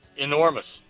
enormous.